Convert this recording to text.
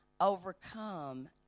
overcome